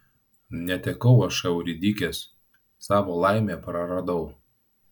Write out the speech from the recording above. netekau aš euridikės savo laimę praradau